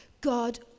God